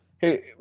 hey